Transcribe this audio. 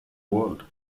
world